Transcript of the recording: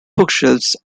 bookshelves